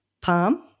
Palm